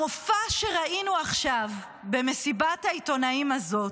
המופע שראינו עכשיו במסיבת העיתונאים הזאת,